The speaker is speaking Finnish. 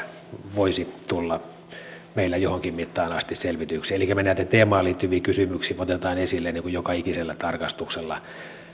voisi tulla meillä johonkin mittaan asti selvitetyksi elikkä me näitä teemaan liittyviä kysymyksiä otamme esille joka ikisellä tarkastuksella